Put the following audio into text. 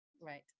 right